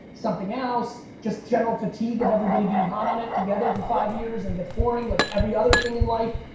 something else just general fatigue of everybody being hot on it together for five years. and it gets boring, like every other thing in life.